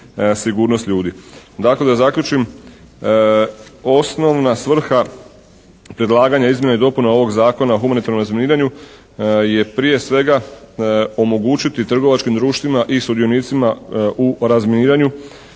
sigurnost ljudi. Dakle da zaključim osnovna svrha predlaganja izmjena i dopuna ovog Zakona o humanitarnom razminiranju je prije svega omogućiti trgovačkim društvima i sudionicima u razminiranju